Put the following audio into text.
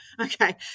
Okay